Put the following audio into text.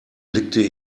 blickte